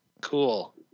cool